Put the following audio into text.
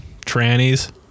trannies